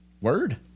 Word